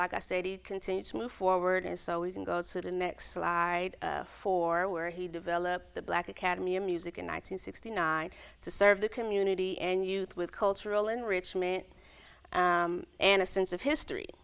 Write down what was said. like i say to continue to move forward so we can go sit in next slide for where he developed the black academy of music and nine hundred sixty nine to serve the community and youth with cultural enrichment and a sense of history